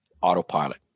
autopilot